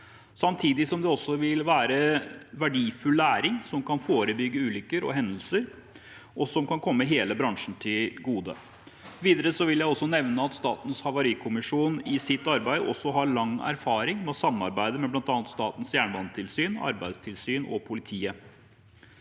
Samtidig vil det også være verdifull læring som kan forebygge ulykker og hendelser, og som kan komme hele bransjen til gode. Videre vil jeg nevne at Statens havarikommisjon i sitt arbeid også har lang erfaring med å samarbeide, med bl.a. Statens jernbanetilsyn, Arbeidstilsynet og politiet.